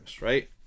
right